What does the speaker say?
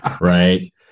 Right